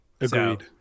Agreed